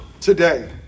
today